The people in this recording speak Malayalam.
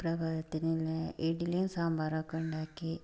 പ്രഭാതത്തിനുള്ള ഇഡലിയും സാമ്പാറുമൊക്കെ ഉണ്ടാക്കി